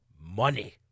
money